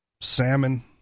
salmon